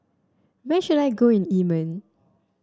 where should I go in Yemen